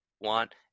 want